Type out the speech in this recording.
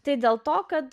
tai dėl to kad